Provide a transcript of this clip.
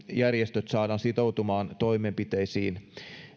järjestöt saadaan sitoutumaan toimenpiteisiin